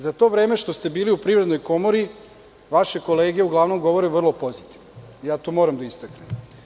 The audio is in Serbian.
Za to vreme što ste bili u Privrednoj komori, vaše kolege uglavnom govore vrlo pozitivno, to moram da istaknem.